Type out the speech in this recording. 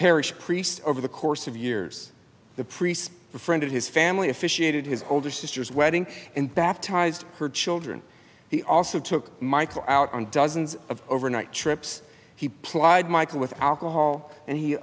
parish priest over the course of years the priest befriended his family officiated his older sister's wedding and baptized her children he also took michael out on dozens of overnight trips he plied michael with alcohol and he